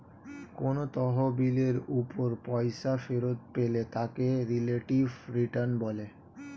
কোন তহবিলের উপর পয়সা ফেরত পেলে তাকে রিলেটিভ রিটার্ন বলে